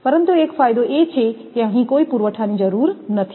પરંતુ એક ફાયદો એ છે કે અહીં કોઈ પુરવઠાની જરૂર નથી